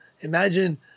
Imagine